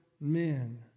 men